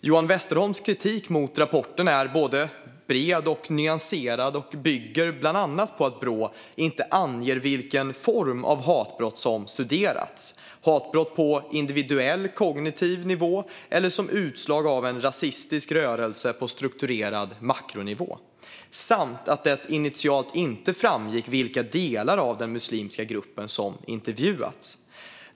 Johan Westerholms kritik mot rapporten är både bred och nyanserad och bygger bland annat på att Brå inte anger vilken form av hatbrott som studerats - hatbrott på individuell kognitiv nivå eller som utslag av en rasistisk rörelse på strukturerad makronivå - samt att det initialt inte framgick vilka delar av den muslimska gruppen som intervjuats.